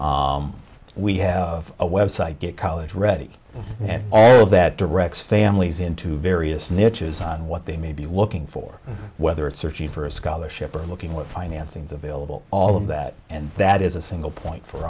points we have a website get college ready and all of that directs families into various niches on what they may be looking for whether it's searching for a scholarship or looking with financings available all of that and that is a single point for